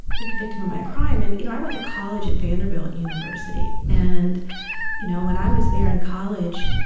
been convicted um of a crime. and, you know i went to college at vanderbilt university. and you know when i was there in college,